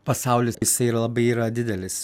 pasaulis jisai yra labai yra didelis